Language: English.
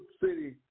city